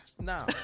No